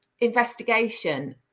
investigation